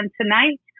tonight